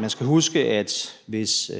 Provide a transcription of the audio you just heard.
man skal huske, at hvis